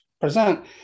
present